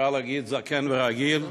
אפשר להגיד, אני כבר זקן ורגיל.